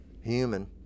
human